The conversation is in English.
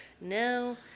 no